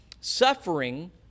suffering